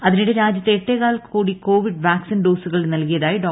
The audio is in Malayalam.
അതിനിടെ രാജ്യത്ത് എട്ടേകാൽ കോടി കോവിഡ് വാക്സിൻ ഡോസുകൾ നൽകിയതായി ഡോ